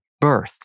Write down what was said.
birth